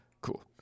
Cool